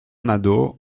nadeau